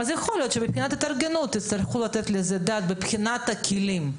יכול להיות שמבחינת התארגנות תצטרכו לתת על זה את הדעת מבחינת הכלים.